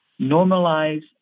Normalize